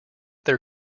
their